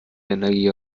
energie